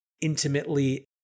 intimately